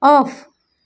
of